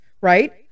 right